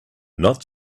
not